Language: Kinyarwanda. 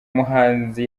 muhanzi